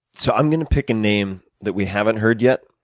so i'm going to pick a name that we haven't heard yet,